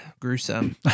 gruesome